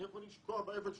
אני יכול לשקוע באבל שלי,